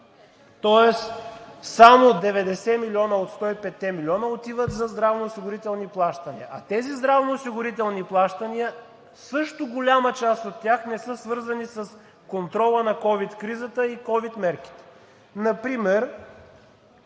Тоест само 90 милиона от 105-те милиона отиват за здравноосигурителни плащания. А тези здравноосигурителни плащания също голяма част от тях не са свързани с контрола на ковид кризата и ковид мерките.